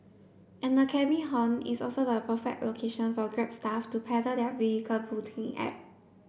and the cabby haunt is also the perfect location for Grab staff to peddle their vehicle booking app